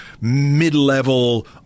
mid-level